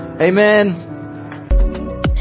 Amen